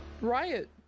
Riot